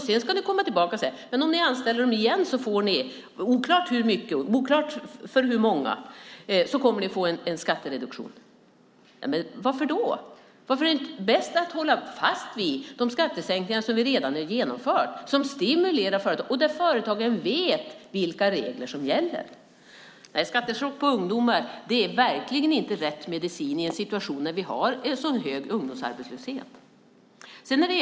Sedan ska ni komma tillbaka och säga: Om ni anställer dem igen får ni en skattereduktion, oklart hur mycket och oklart för hur många. Varför då? Det är väl bäst att hålla fast vid de skattesänkningar som redan är genomförda, som stimulerar företagen och som gör att företagen vet vilka regler som gäller. Nej, skattechock på ungdomar är verkligen inte rätt medicin i en situation där vi har en så hög ungdomsarbetslöshet.